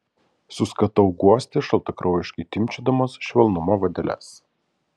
suskatau guosti šaltakraujiškai timpčiodamas švelnumo vadeles